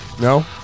No